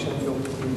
אני אמרתי שאני אופטימי.